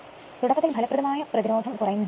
അതിനാൽ തുടക്കത്തിൽ ഫലപ്രദമായ പ്രതിരോധം കുറയുന്നു